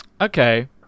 Okay